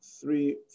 three